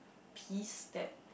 peas that